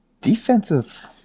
defensive